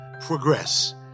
progress